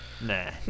Nah